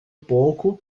pouco